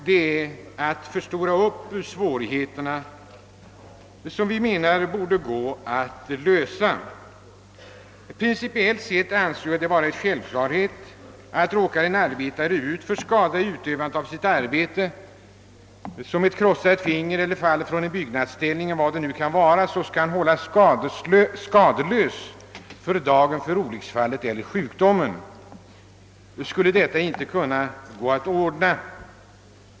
Det är att förstora upp svårigheter, som vi menar borde gå att lösa. Principiellt sett anser jag det vara en självklarhet att om en arbetare i utövandet av sitt arbete råkar ut för skada, såsom ett krossat finger, skada vid fall från byggnadsställning eller vad det nu kan vara, så skall han hållas skadeslös från dagen för olycksfallet eller sjukdomen. Skulle detta inte kunna gå att ordna?